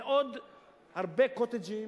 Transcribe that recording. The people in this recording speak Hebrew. זה עוד הרבה "קוטג'ים",